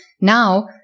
now